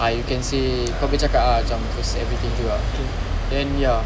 ah you can say kau boleh cakap ah cam first everything juga then ya